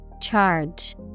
Charge